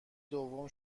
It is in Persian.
دوم